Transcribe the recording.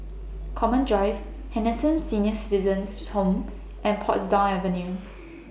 Common Drive Henderson Senior Citizens' Home and Portsdown Avenue